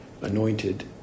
anointed